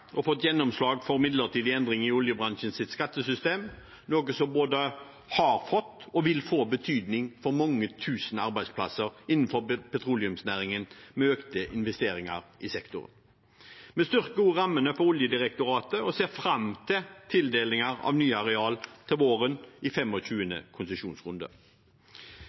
og fått gjennomslag for midlertid endring i oljebransjens skattesystem, noe som både har fått og vil få betydning for mange tusen arbeidsplasser innenfor petroleumsnæringen gjennom økte investeringer i sektoren. Vi styrker også rammene for Oljedirektoratet og ser fram til tildelinger av nye areal til våren, i 25. konsesjonsrunde.